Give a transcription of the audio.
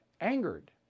angered